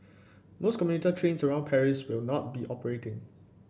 most commuter trains around Paris will not be operating